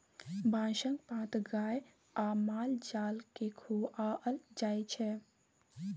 बाँसक पात गाए आ माल जाल केँ खुआएल जाइ छै